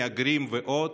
"מהגרים" ועוד,